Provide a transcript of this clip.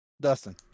Dustin